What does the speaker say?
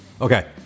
Okay